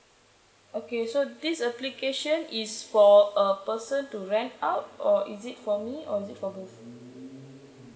okay so this application is for a person to rent out or is it for me or is it for who